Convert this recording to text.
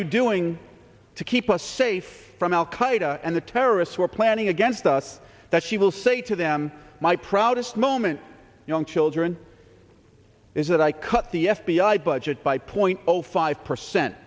you doing to keep us safe from al qaeda and the terrorists were planning against us that she will say to them my proudest moment young children is that i cut the f b i budget by point zero five percent